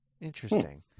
Interesting